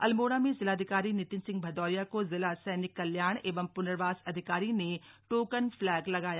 अल्मोड़ा में जिलाधिकारी नितिन सिंह भदौरिया को जिला सैनिक कल्याण एवं प्र्नवास अधिकारी ने टोकन फ्लैग लगाया